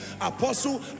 Apostle